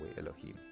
Elohim